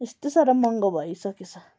स्तो साह्रो महँगो भइसकेछ